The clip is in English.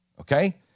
Okay